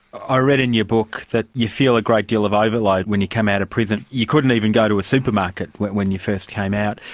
ah read in your book that you feel a great deal of overload when you come out of prison you couldn't even go to a supermarket when when you first came out.